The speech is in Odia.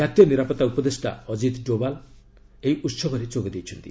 ଜାତୀୟ ନିରାପତ୍ତା ଉପଦେଷ୍ଟା ଅଜିତ୍ ଡୋବାଲ ମଧ୍ୟ ଏହି ଉହବରେ ଯୋଗ ଦେଇଛନ୍ତି